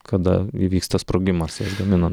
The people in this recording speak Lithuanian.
kada įvyksta sprogimas jas gaminant